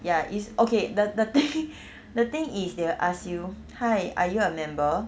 ya it's okay the the thing the thing is they will ask you hi are you a member